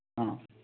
ହଁ